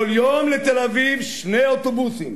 כל יום לתל-אביב שני אוטובוסים,